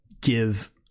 give